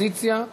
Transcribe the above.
הרווחה והבריאות.